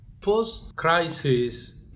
Post-crisis